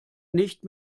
nicht